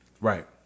Right